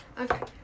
Okay